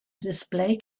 display